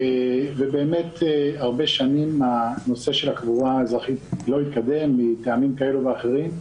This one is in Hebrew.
הרבה שנים נושא הקבורה האזרחית באמת לא התקדם מטעמים כאלו ואחרים.